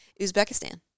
uzbekistan